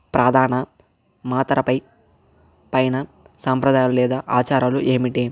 ప్రధాన మాతరపై పైన సాంప్రదాయాలు లేదా ఆచారాలు ఏమిటి